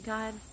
God